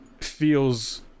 feels